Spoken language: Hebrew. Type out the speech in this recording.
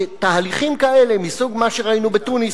שתהליכים כאלה מסוג מה שראינו בתוניס,